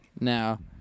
Now